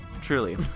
Truly